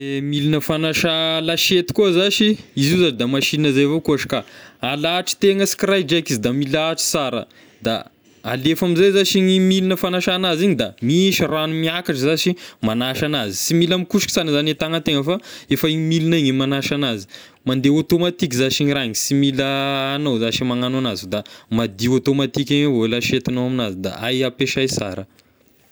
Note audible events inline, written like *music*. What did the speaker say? *hesitation* Miligna fagnasa lasiety koa zashy izy io za da machine zay avao koa izy ka, alahatry tegna sy karaidraika izy da milahatry sara, da alefa amizay zashy ny miligna fagnasagna azy igny da misy ragno miakatra zashy magnasa anazy, sy mila mikosoka sana zany e tagna tegna fa efa igny miligna igny magnasa anazy, mandeha automatique zashy igny raha igny sy mila agnao zashy e magnano anazy fa da madio automatique eo avao lasietignao aminazy da hay ampiasay sara.